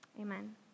Amen